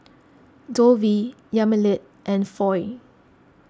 Dovie Yamilet and Foy